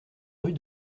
rue